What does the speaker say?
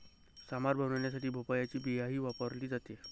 सांबार बनवण्यासाठी भोपळ्याची बियाही वापरली जाते